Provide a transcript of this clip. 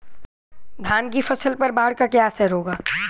धान की फसल पर बाढ़ का क्या असर होगा?